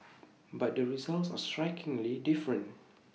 but the results are strikingly different